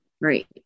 Right